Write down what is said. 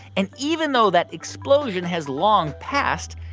and even though that explosion has long passed,